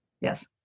Yes